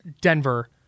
Denver